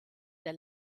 der